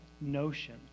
notion